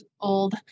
old